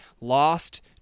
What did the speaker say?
Lost